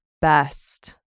best